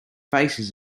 faces